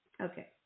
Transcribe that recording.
Okay